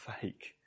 fake